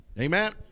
Amen